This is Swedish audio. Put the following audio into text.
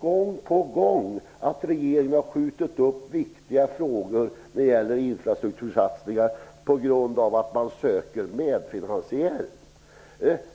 Gång på gång har regeringen skjutit upp viktiga frågor som gäller infrastruktursatsningar på grund av att man söker medfinansiärer.